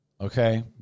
okay